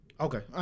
Okay